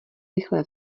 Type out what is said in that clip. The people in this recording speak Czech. rychle